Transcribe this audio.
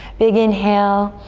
big inhale.